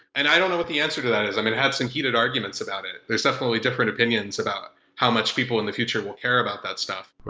and i don't know what the answer to that is. um i had some heated arguments about it. there's definitely different opinions about how much people in the future will care about that stuff.